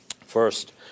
First